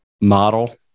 model